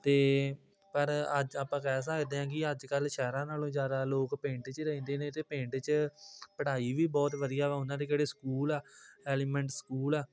ਅਤੇ ਪਰ ਅੱਜ ਆਪਾਂ ਕਹਿ ਸਕਦੇ ਹਾਂ ਕਿ ਅੱਜ ਕੱਲ੍ਹ ਸ਼ਹਿਰਾਂ ਨਾਲੋਂ ਜ਼ਿਆਦਾ ਲੋਕ ਪਿੰਡ 'ਚ ਰਹਿੰਦੇ ਨੇ ਅਤੇ ਪਿੰਡ 'ਚ ਪੜ੍ਹਾਈ ਵੀ ਬਹੁਤ ਵਧੀਆ ਵਾ ਉਹਨਾਂ ਦੇ ਕਿਹੜੇ ਸਕੂਲ ਆ ਐਲੀਮੈਂਟ ਸਕੂਲ ਆ